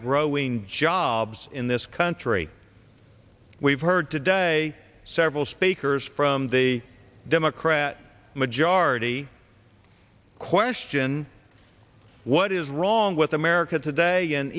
growing jobs in this country we've heard today several speakers from the democrat majority question what is wrong with america today and